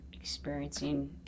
experiencing